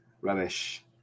Rubbish